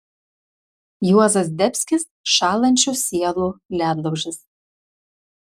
juozas zdebskis šąlančių sielų ledlaužis